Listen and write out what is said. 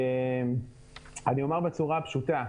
אני אומר בצורה הפשוטה: